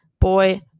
boy